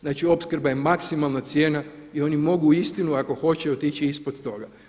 Znači, opskrba je maksimalna cijena i oni mogu uistinu ako hoće otići ispod toga.